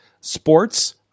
Sports